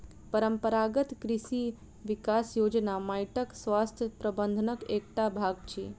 परंपरागत कृषि विकास योजना माइटक स्वास्थ्य प्रबंधनक एकटा भाग अछि